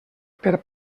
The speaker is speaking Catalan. per